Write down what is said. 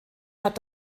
hat